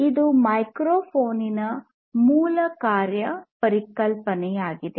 ಇದು microphone ನ ಮೂಲ ಕಾರ್ಯ ಪರಿಕಲ್ಪನೆಯಾಗಿದೆ